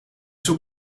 zoek